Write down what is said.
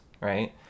right